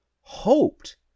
hoped